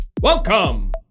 Welcome